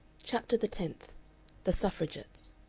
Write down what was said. chapter the tenth the suffragettes